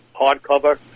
hardcover